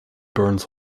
burns